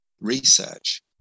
research